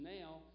now